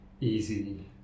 easy